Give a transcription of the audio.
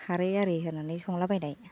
खारै आरि होनानै संलाबायनाय